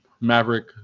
Maverick